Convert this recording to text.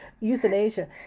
euthanasia